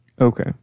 Okay